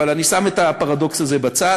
אבל אני שם את הפרדוקס הזה בצד.